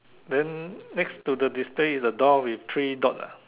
then next to the display is a door with three dot ah